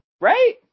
Right